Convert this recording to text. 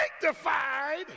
sanctified